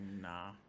Nah